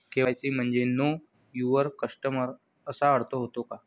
KYC म्हणजे know your customer असा अर्थ होतो का?